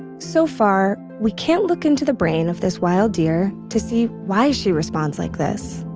so far, we can't look into the brain of this wild deer to see why she responds like this.